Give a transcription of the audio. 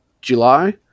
July